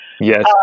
Yes